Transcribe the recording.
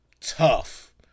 Tough